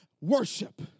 worship